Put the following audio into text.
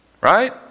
right